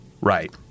Right